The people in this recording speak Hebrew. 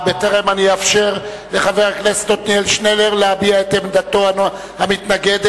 בטרם אאפשר לחבר הכנסת שנלר להביע את עמדתו המתנגדת,